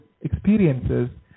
experiences